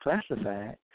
classified